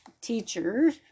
teacher